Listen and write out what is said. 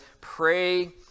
pray